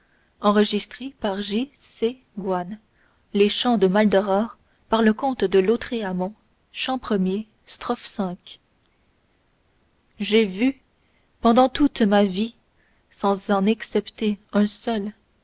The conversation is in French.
de son héros soient dans tous les hommes j'ai vu pendant toute ma vie sans en excepter un seul